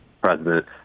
president